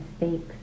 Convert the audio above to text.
mistakes